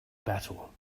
battle